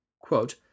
Quote